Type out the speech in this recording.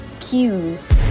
cues